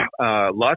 lots